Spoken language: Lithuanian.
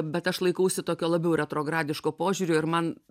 bet aš laikausi tokio labiau retrogradiško požiūrio ir man